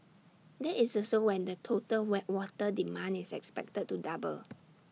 that is also when the total why water demand is expected to double